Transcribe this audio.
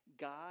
God